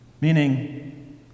meaning